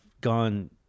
gone